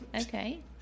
Okay